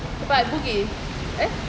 tempat bugis eh